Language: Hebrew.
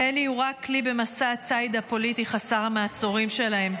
אלי הוא רק כלי במסע הצייד הפוליטי חסר המעצורים שלהם.